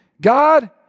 God